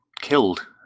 killed